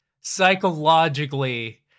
psychologically